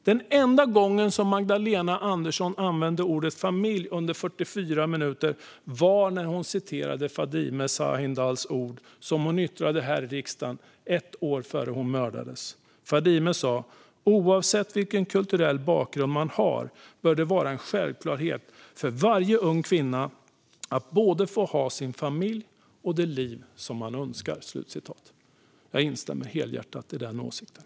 Den enda gång Magdalena Andersson använde ordet "familj" under 44 minuter var när hon citerade Fadime Sahindals ord som hon yttrade i riksdagen ett år innan hon mördades: "Oavsett vilken kulturell bakgrund man har bör det vara en självklarhet för varje ung kvinna att både få ha sin familj och det liv man önskar sig." Jag instämmer helhjärtat i den åsikten.